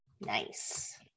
Nice